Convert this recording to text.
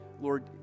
Lord